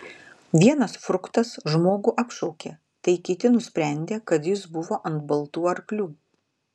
vienas fruktas žmogų apšaukė tai kiti nusprendė kad jis buvo ant baltų arklių